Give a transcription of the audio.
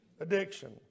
Addiction